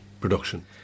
production